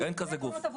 אין כזה גוף.